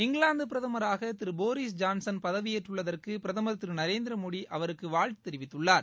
இங்கிலாந்து பிரதமராக திரு Boris Johnson பதவியேற்றுள்ளதற்கு பிரதமர் திரு நரேந்திர மோடி அவருக்கு வாழ்த்து தெரிவித்துள்ளார்